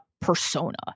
Persona